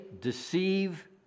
deceive